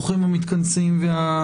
ברוכים הבאים לכל המתכנסים והמתכנסות.